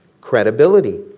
Credibility